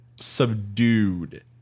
subdued